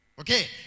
Okay